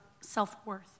self-worth